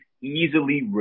easily